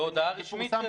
בהודעה רשמית שלה.